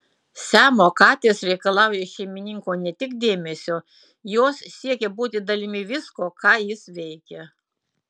siamo katės reikalauja iš šeimininko ne tik dėmesio jos siekia būti dalimi visko ką jis veikia